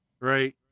right